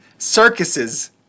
Circuses